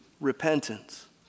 repentance